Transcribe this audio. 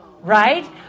right